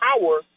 power